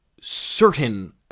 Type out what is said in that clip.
certain